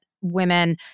women